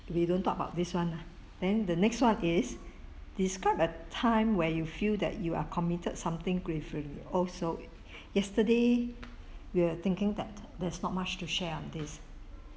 we don't talk about this [one] lah then the next [one] is described a time where you feel that you are committed something gratefully also yesterday we're thinking that there's not much to share on this